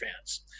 fans